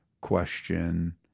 question